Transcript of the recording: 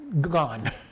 gone